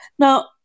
Now